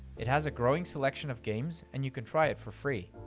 it has a growing selection of games, and you can try it for free.